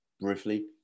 briefly